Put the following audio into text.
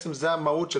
זה המהות.